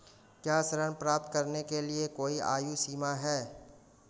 क्या ऋण प्राप्त करने के लिए कोई आयु सीमा है?